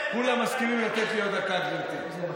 כולם מסכימים לתת לי עוד דקה, גברתי.